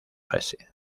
hesse